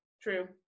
true